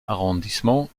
arrondissement